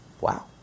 Wow